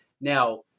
Now